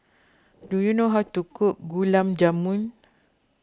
do you know how to cook Gulab Jamun